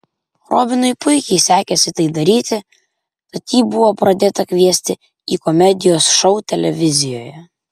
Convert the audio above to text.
robinui puikiai sekėsi tai daryti tad jį buvo pradėta kviesti į komedijos šou televizijoje